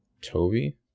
toby